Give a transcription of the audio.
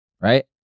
Right